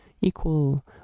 equal